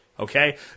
okay